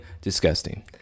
disgusting